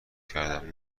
کردم